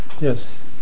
Yes